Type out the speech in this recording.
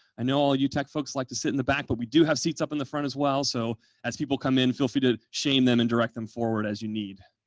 i know all you tech folks like to sit in the back, but we do have seats up in the front as well, so as people come in, feel free to shame them and direct them forward as you need.